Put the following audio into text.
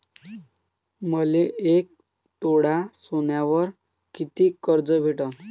मले एक तोळा सोन्यावर कितीक कर्ज भेटन?